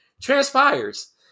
transpires